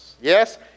Yes